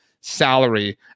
salary